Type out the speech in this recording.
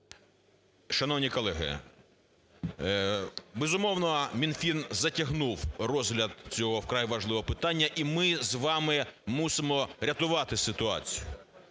Шановні колеги, безумовно, Мінфін затягнув розгляд цього вкрай важливого питання. І ми з вами мусимо рятувати ситуацію.